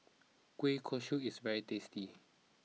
Kueh Kosui is very tasty